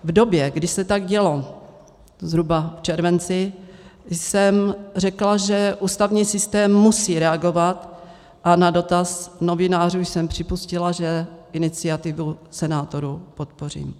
V době, kdy se tak dělo, zhruba v červenci, jsem řekla, že ústavní systém musí reagovat, a na dotaz novinářů jsem připustila, že iniciativu senátorů podpořím.